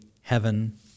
heaven